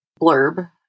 blurb